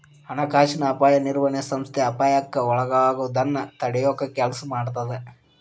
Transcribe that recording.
ಹಣಕಾಸಿನ ಅಪಾಯ ನಿರ್ವಹಣೆ ಸಂಸ್ಥೆ ಅಪಾಯಕ್ಕ ಒಳಗಾಗೋದನ್ನ ತಡಿಯೊ ಕೆಲ್ಸ ಮಾಡತ್ತ